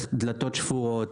דלתות שבורות